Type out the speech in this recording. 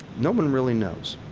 no one really knows.